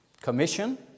Commission